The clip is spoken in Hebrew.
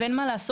ואין מה לעשות,